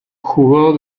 jugó